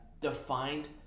defined